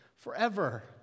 forever